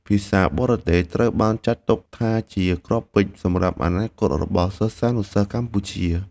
ភាសាបរទេសត្រូវបានចាត់ទុកថាជាគ្រាប់ពេជ្រសម្រាប់អនាគតរបស់សិស្សានុសិស្សកម្ពុជា។